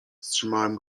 wstrzymałem